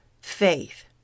Faith